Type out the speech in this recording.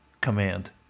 command